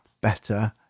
better